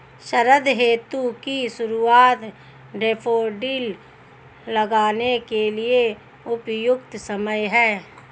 शरद ऋतु की शुरुआत डैफोडिल लगाने के लिए उपयुक्त समय है